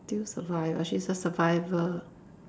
still survive ah she is a survivor